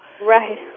Right